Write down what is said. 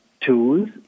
tools